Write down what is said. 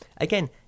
again